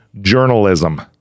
Journalism